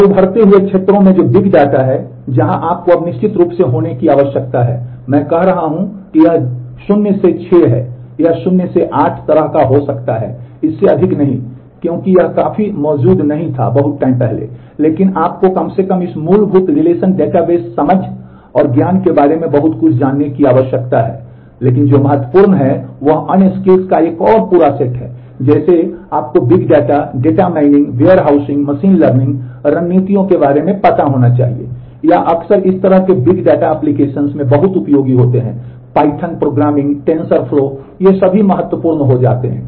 और उभरते हुए क्षेत्रों में जो बिग डेटा ये सभी महत्वपूर्ण हो जाते हैं